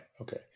Okay